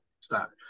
stop